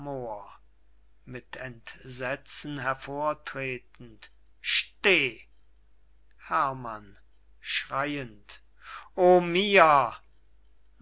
mit entsetzen hervortretend steh herrmann schreyend oh mir